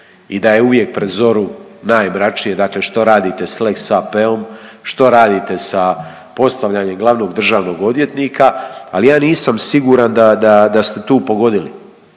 i da je uvijek pred zoru, najmračnije. Dakle, što radite s lex AP-om, što radite sa postavljanjem glavnog državnog odvjetnika ali ja nisam siguran da, da, da ste tu pogodili.